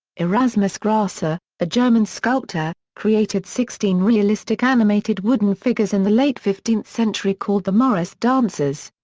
erasmus grasser, a german sculptor, created sixteen realistic animated wooden figures in the late fifteenth century called the morris dancers.